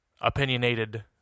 opinionated